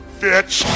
bitch